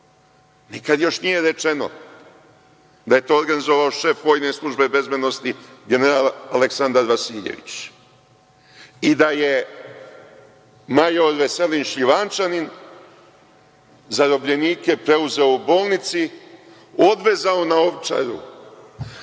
Nikada još nije rečeno da je to organizovao šef vojne službe bezbednosti general Aleksandar Vasiljević i da je major Veselin Šljivančanin zarobljenike preuzeo u bolnici, odvezao na Ovčaru